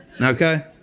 okay